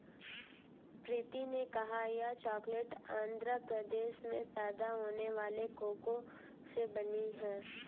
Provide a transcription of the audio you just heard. प्रीति ने कहा यह चॉकलेट आंध्र प्रदेश में पैदा होने वाले कोको से बनी है